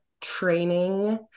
training